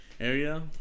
area